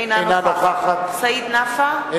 אינה נוכחת סעיד נפאע,